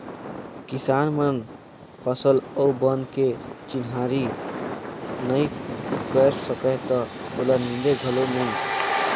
किसान मन फसल अउ बन के चिन्हारी नई कयर सकय त ओला नींदे घलो नई